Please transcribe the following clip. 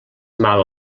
mal